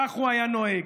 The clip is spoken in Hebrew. כך הוא היה נוהג,